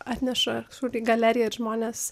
atneša kažkur į galeriją ir žmonės